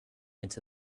into